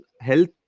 health